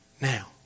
now